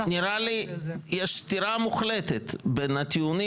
נראה לי יש סתירה מוחלטת בין הטיעונים,